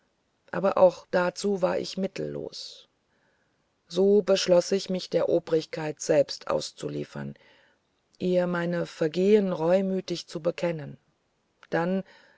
aber auch dazu war ich mittellos so beschloß ich mich der obrigkeit selbst auszuliefern ihr meine vergehen reumütig zu bekennen dann